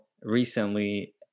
recently